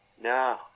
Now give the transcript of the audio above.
No